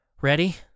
Ready